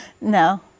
No